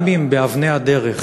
גם אם באבני הדרך